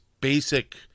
basic